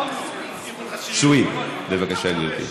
בבקשה, גברתי.